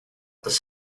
does